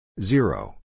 Zero